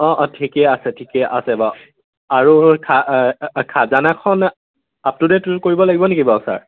অঁ অঁ ঠিকে আছে ঠিকে আছে বাৰু আৰু খা খাজানাখন আপ টু ডেট কৰিব লাগিব নেকি বাৰু ছাৰ